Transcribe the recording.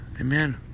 Amen